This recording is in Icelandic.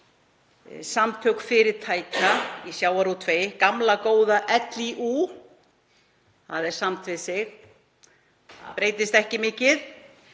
Samtök fyrirtækja í sjávarútvegi, gamla góða LÍÚ er samt við sig, breytist ekki mikið.